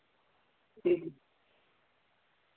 ठीक ऐ